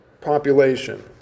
population